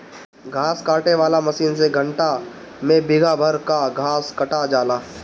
घास काटे वाला मशीन से घंटा में बिगहा भर कअ घास कटा जाला